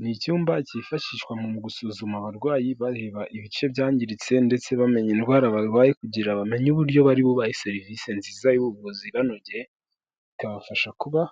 Ni icyumba cyifashishwa mu gusuzuma abarwayi bareba ibice byangiritse, ndetse bamenya indwara barwaye kugira bamenye uburyo bari bubahe serivisi nziza y'ubuvuzi ibanogeye, ikabafasha kuba